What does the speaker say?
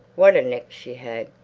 what a neck she had!